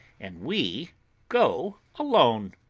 and we go alone.